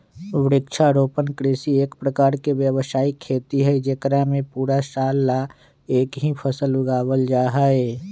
वृक्षारोपण कृषि एक प्रकार के व्यावसायिक खेती हई जेकरा में पूरा साल ला एक ही फसल उगावल जाहई